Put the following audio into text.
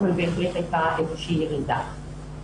אבל בהחלט הייתה איזושהי ירידה.